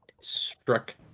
struck